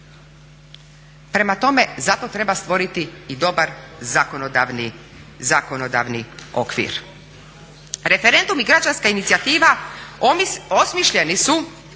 Prema tome, zato treba stvoriti i dobar zakonodavni okvir. Referendum i građanska inicijativa osmišljeni su